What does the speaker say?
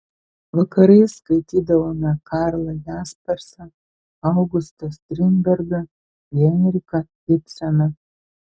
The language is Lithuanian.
vakarais skaitydavome karlą jaspersą augustą strindbergą henriką ibseną